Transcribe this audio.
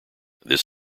this